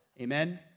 Amen